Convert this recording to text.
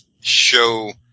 show